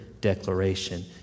declaration